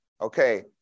okay